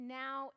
now